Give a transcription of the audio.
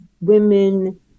women